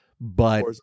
but-